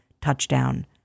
touchdown